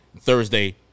Thursday